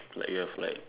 like you have like